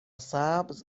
سبز